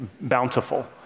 bountiful